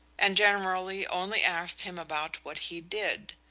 and generally only asked him about what he did.